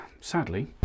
sadly